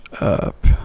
up